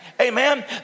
Amen